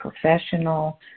professional